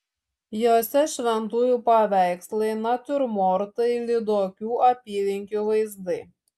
juose šventųjų paveikslai natiurmortai lyduokių apylinkių vaizdai